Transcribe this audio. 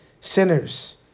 sinners